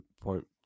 point